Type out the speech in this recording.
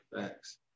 thanks